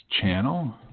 channel